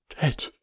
dead